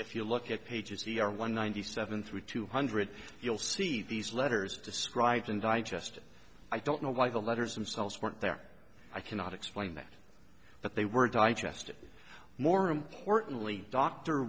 if you look at pages e r one ninety seven through two hundred you'll see these letters described in digest i don't know why the letters themselves weren't there i cannot explain that but they were digested more importantly d